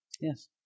Yes